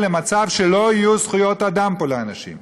למצב שלא יהיו זכויות אדם פה לאנשים,